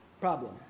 problem